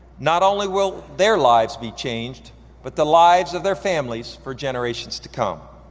not only will their lives be changed but the lives of their families for generations to come.